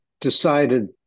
decided